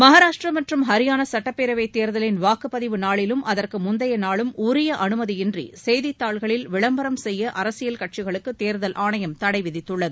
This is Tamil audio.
மகாராஷ்டிரா மற்றும் ஹரியானா சட்டப்பேரவை தேர்தலின் வாக்குப் பதிவு நாளிலும் அதற்கு முந்தைய நாளும் உரிய அமைதி இன்றி செய்தி தாள்களில் விளம்பரம் செய்ய அரசியல் கட்சிகளுக்கு தேர்தல் ஆணையம் தடை விதித்துள்ளது